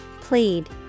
Plead